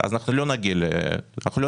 אנחנו לא נגיע לתוצאות.